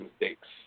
mistakes